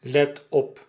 let op